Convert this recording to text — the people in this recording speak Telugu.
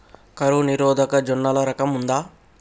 కరువు నిరోధక జొన్నల రకం ఉందా?